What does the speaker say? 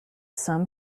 sum